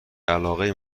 علاقه